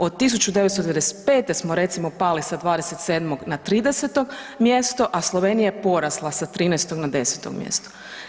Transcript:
Od 1995. smo recimo pali sa 27 na 30 mjesto, a Slovenija je porasla sa 13 na 10 mjesto.